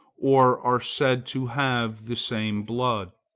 or are said to have the same blood?